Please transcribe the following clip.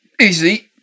easy